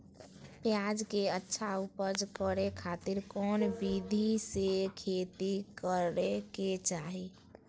प्याज के अच्छा उपज करे खातिर कौन विधि से खेती करे के चाही?